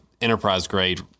enterprise-grade